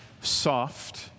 soft